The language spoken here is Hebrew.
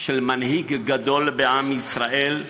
של מנהיג גדול בעם ישראל,